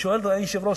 אדוני היושב-ראש,